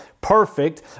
perfect